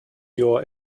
your